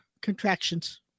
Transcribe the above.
contractions